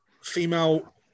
female